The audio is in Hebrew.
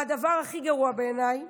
והדבר הכי גרוע בעיניי